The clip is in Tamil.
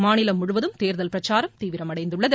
மாநிலம் முழுவதும் தேர்தல் பிரச்சாரம் தீவிரமடைந்துள்ளது